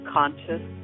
conscious